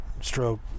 stroke